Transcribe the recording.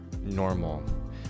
normal